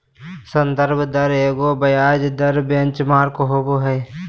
संदर्भ दर एगो ब्याज दर बेंचमार्क होबो हइ